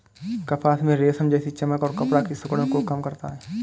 कपास में रेशम जैसी चमक और कपड़ा की सिकुड़न को कम करता है